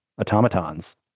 automatons